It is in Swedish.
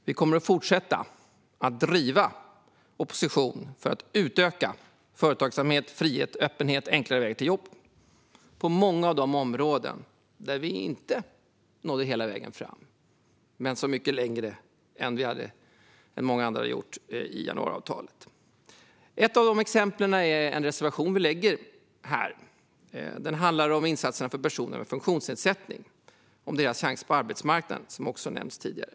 Vi kommer att fortsätta att vara drivande i opposition för att utöka företagsamhet, frihet, öppenhet och enklare vägar till jobb på många av de områden där vi inte nådde hela vägen fram i januariavtalet. Men vi nådde mycket längre än många andra. Ett exempel är en reservation vi har. Den handlar om insatserna för personer med funktionsnedsättning och om deras chanser på arbetsmarknaden. Det har också nämnts tidigare.